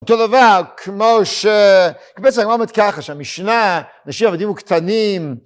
אותו דבר, כמו ש... כי בעצם אמרנו ככה, שהמשנה, נשים, עבדים וקטנים.